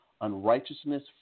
Unrighteousness